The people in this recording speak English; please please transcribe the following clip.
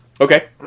okay